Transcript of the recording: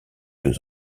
deux